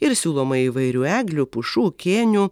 ir siūloma įvairių eglių pušų kėnių